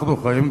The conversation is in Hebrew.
אנחנו חיים,